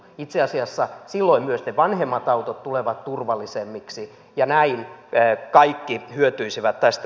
itse asiassa silloin myös ne vanhemmat autot tulevat turvallisemmiksi ja näin kaikki hyötyisivät tästä